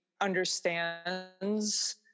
understands